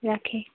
राखेँ